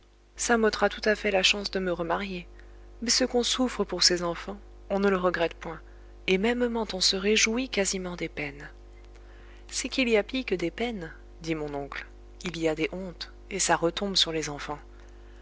ça m'ôtera tout à fait la chance de me remarier mais ce qu'on souffre pour ses enfants on ne le regrette point et mêmement on se réjouit quasiment des peines c'est qu'il y a pis que des peines dit mon oncle il y a des hontes et ça retombe sur les enfants